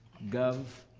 gov,